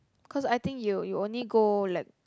cause I think you you only go like